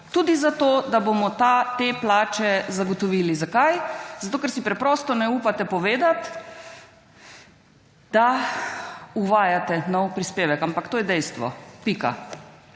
Tudi zato, da bomo te plače zagotovili. Zakaj? Zato, ker si preprosto ne upate povedati, da uvajate nov prispevek. Ampak to je dejstvo. Pika.